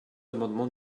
amendement